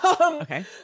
Okay